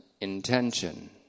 intention